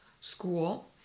school